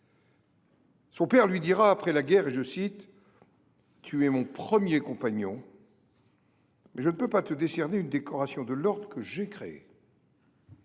Son père lui dira après la guerre :« Tu es mon premier compagnon, mais je ne peux pas te décerner une décoration de l’ordre que j’ai créé. »